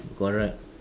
correct